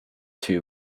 too